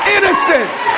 Innocence